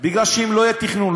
כי אם לא יהיה תכנון,